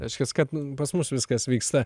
reiškias kad pas mus viskas vyksta